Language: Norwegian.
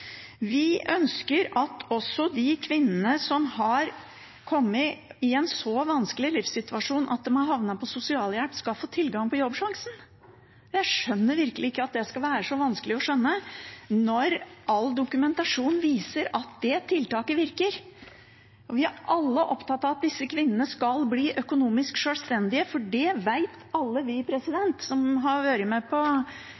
Vi ønsker at også de kvinnene som har kommet i en så vanskelig livssituasjon at de har havnet på sosialhjelp, skal få tilgang på Jobbsjansen. Jeg skjønner virkelig ikke at det skal være så vanskelig å skjønne, når all dokumentasjon viser at det tiltaket virker. Og vi er alle opptatt av at disse kvinnene skal bli økonomisk sjølstendige, for alle vi